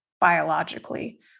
biologically